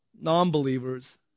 non-believers